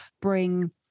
bring